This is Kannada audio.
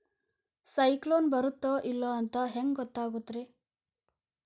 ಸೈಕ್ಲೋನ ಬರುತ್ತ ಇಲ್ಲೋ ಅಂತ ಹೆಂಗ್ ಗೊತ್ತಾಗುತ್ತ ರೇ?